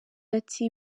ati